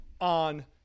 on